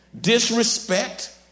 disrespect